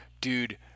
dude